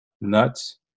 nuts